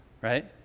right